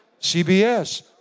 CBS